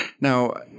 Now